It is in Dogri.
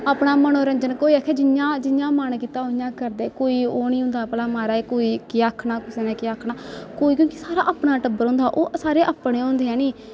अपना मनोरंजन कोई आक्खै जियां जियां मन कीता उ'यां करदे कोई ओह् नेईं होंदा भला महाराज कोई केह् आखना कुसै ने केह् आखना कोई निं क्योंकि सारा अपना टब्बर होंदा ओह् सारे अपने होंदे है नी